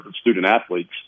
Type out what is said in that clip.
student-athletes